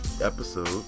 episode